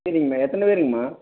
சரிங்கம்மா எத்தனை பேருங்கம்மா